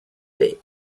bay